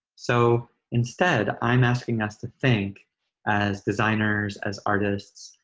so instead, i'm asking us to think as designers, as artists,